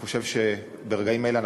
אני חושב שברגעים אלה,